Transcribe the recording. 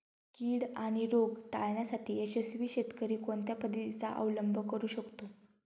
कीड आणि रोग टाळण्यासाठी यशस्वी शेतकरी कोणत्या पद्धतींचा अवलंब करू शकतो?